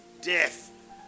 death